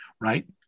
right